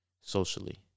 Socially